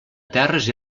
terres